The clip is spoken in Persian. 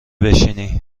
بشینی